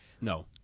no